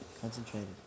Concentrated